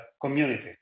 community